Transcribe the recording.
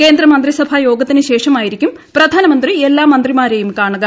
കേന്ദ്രമന്ത്രിസഭാ യോഗത്തിന് ശേഷമായിരിക്കും പ്രധാനമന്ത്രി എല്ലാ മന്ത്രിമാരേയും കാണുക